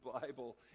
Bible